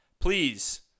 please